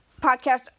podcast